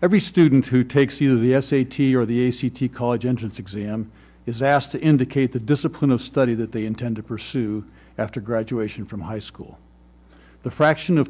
every student who takes either the s a t or the a c t college entrance exam is asked to indicate the discipline of study that they intend to pursue after graduation from high school the fraction of